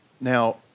Now